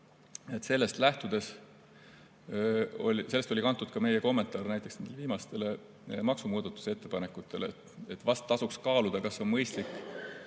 Sellest oli kantud ka meie kommentaar viimastele maksumuudatusettepanekutele, et vahest tasuks kaaluda, kas on mõistlik